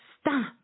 stop